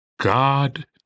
God